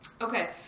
Okay